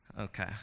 Okay